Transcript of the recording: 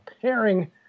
pairing